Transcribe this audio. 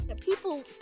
People